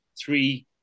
three